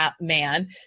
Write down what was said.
man